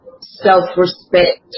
self-respect